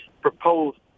proposed